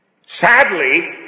Sadly